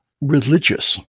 religious